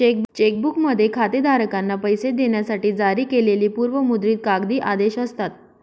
check बुकमध्ये खातेधारकांना पैसे देण्यासाठी जारी केलेली पूर्व मुद्रित कागदी आदेश असतात